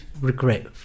regret